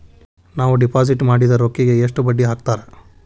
ನಾವು ಡಿಪಾಸಿಟ್ ಮಾಡಿದ ರೊಕ್ಕಿಗೆ ಎಷ್ಟು ಬಡ್ಡಿ ಹಾಕ್ತಾರಾ?